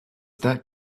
that